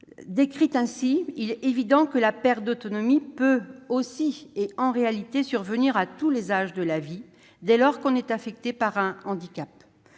Décrite ainsi, il est évident que la perte d'autonomie peut survenir à tout âge de la vie, dès lors qu'on est affecté par un handicap.